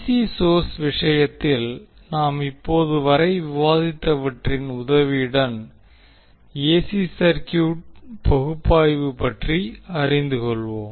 C source விஷயத்தில் நாம் இப்போது வரை விவாதித்தவற்றின் உதவியுடன் ஏசி சர்க்யூட் பகுப்பாய்வு பற்றி அறிந்துகொள்வோம்